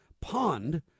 pond